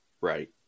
Right